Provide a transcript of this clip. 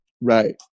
Right